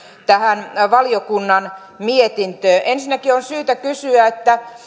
tähän valiokunnan mietintöön ensinnäkin on syytä kysyä